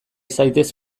zaitez